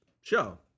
show